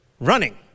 running